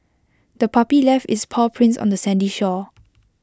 the puppy left its paw prints on the sandy shore